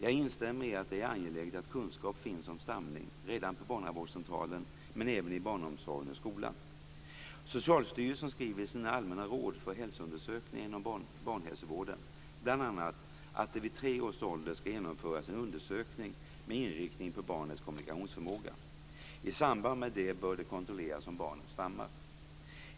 Jag instämmer i att det är angeläget att kunskap finns om stamning redan på barnavårdscentralen men även i barnomsorgen och skolan. Socialstyrelsen skriver i sina allmänna råd för hälsoundersökningar inom barnhälsovården bl.a. att det vid tre års ålder skall genomföras en undersökning med inriktning på barnets kommunikationsförmåga. I samband med det bör det kontrolleras om barnet stammar.